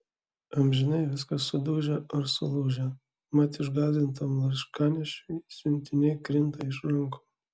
amžinai viskas sudužę ar sulūžę mat išgąsdintam laiškanešiui siuntiniai krinta iš rankų